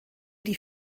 die